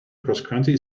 crosscountry